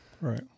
Right